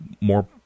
more